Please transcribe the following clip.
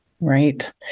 Right